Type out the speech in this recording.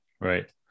Right